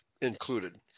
included